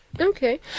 Okay